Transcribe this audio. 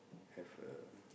have a